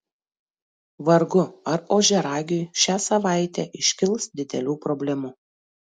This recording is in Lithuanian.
vargu ar ožiaragiui šią savaitę iškils didelių problemų